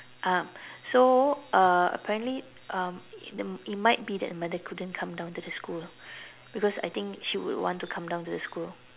um so uh apparently um it might be that the mother couldn't come down to the school because I think she would want to come down to the school